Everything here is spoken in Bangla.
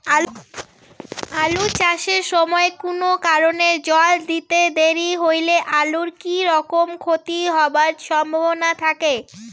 আলু চাষ এর সময় কুনো কারণে জল দিতে দেরি হইলে আলুর কি রকম ক্ষতি হবার সম্ভবনা থাকে?